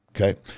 Okay